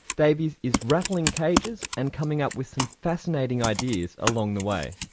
davies is rattling cages and coming up with some fascinating ideas along the way.